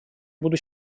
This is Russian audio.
буду